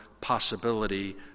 possibility